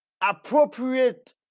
appropriate